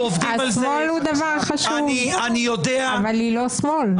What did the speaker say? השמאל חשוב אבל היא לא שמאל.